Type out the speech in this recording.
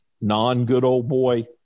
non-good-old-boy